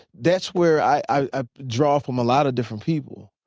that's where i ah draw from a lot of different people.